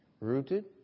Rooted